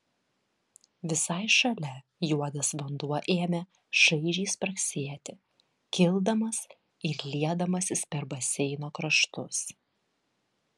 visai šalia juodas vanduo ėmė šaižiai spragsėti kildamas ir liedamasis per baseino kraštus